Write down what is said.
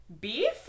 Beef